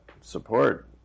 support